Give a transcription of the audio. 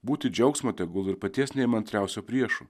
būti džiaugsmo tegul ir paties neįmantriausio priešu